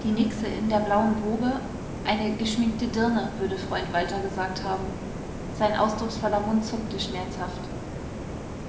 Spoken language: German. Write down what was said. die nixe in der blauen woge eine geschminkte dirne würde freund walter gesagt haben sein ausdrucksvoller mund zuckte schmerzhaft